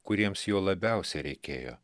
kuriems jo labiausiai reikėjo